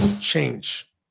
change